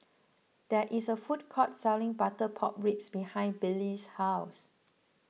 there is a food court selling Butter Pork Ribs behind Billie's house